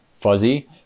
fuzzy